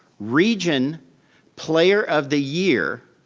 region player of the year,